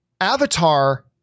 Avatar